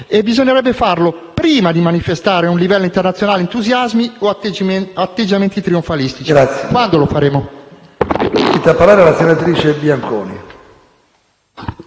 bisognerebbe farlo prima di manifestare a livello internazionale entusiasmi o atteggiamenti trionfalistici. Quando lo faremo?